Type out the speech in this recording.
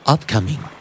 Upcoming